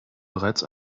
bereits